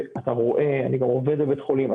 אני גם עובד בבית חולים,